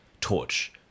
torch